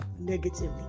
negatively